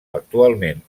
actualment